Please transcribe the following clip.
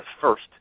first